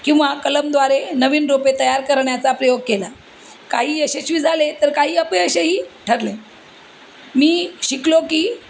किंवा कलमद्वारे नवीन रोपे तयार करण्याचा प्रयोग केला काही यशश्वी झाले तर काही अपयशही ठरले मी शिकलो की